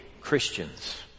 Christians